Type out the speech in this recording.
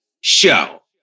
show